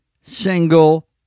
single